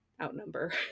Outnumber